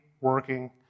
working